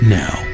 now